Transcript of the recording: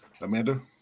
Amanda